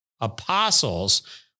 apostles